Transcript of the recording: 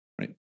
right